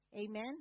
Amen